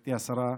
גברתי השרה,